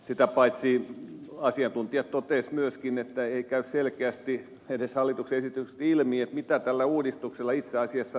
sitä paitsi asiantuntijat totesivat myöskin että ei käy selkeästi edes hallituksen esityksestä ilmi mitä tällä uudistuksella itse asiassa tavoitellaan